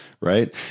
Right